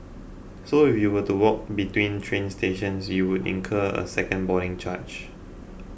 so if you were to walk between train stations you would incur a second boarding charge